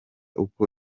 uko